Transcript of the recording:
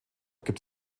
gibt